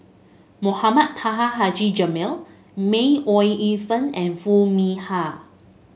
Mohamed Taha Haji Jamil May Ooi Yu Fen and Foo Mee Har